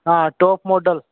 हाँ top model